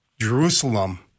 Jerusalem